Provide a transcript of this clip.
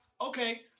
okay